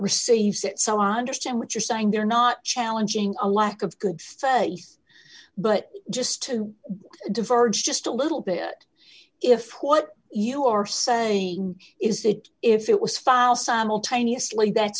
receives it so i understand what you're saying they're not challenging a lack of good stuff but just to diverge just a little bit if what you are saying is that if it was file simultaneously that's